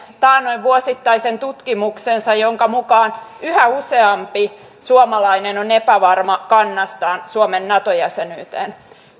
taannoin vuosittaisen tutkimuksensa jonka mukaan yhä useampi suomalainen on epävarma kannastaan suomen nato jäsenyyteen